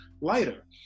lighter